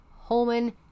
Holman